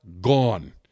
gone